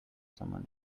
someone